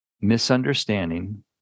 misunderstanding